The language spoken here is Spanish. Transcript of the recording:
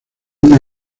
una